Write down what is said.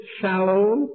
shallow